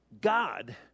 God